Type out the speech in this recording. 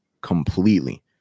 completely